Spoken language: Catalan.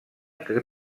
que